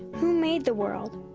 who made the world?